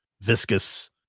viscous